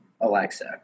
alexa